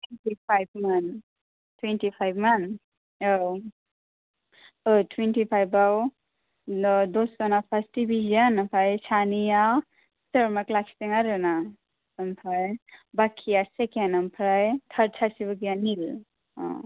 थुइनथि फाइब मोन थुइनथि फाइबमोन औ औ थुइनथि फाइब आव दस जनना फार्स दिबिसन आमफ्राय सानै आ सिथार मार्क लाखिदों आरोना ओमफ्राय बाखि आ सेखेण्ड ओमफ्राय थार्द सासेबो गैया निल